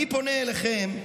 אני פונה אליכם: